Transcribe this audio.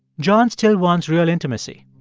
john still wants real intimacy.